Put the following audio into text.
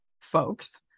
folks